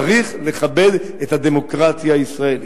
צריך לכבד את הדמוקרטיה הישראלית.